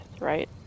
right